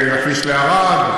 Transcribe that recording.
לכביש לערד?